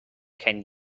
can